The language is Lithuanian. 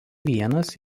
vienas